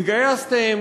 התגייסתם,